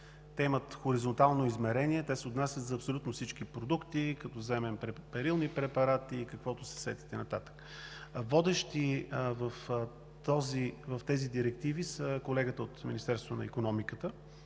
те имат хоризонтално измерение. Отнасят се за абсолютно всички продукти, като вземем перилни препарати и каквото се сетите нататък. Водещи в тях са колегите от Министерството на икономиката,